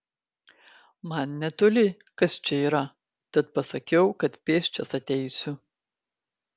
man netoli kas čia yra tad pasakiau kad pėsčias ateisiu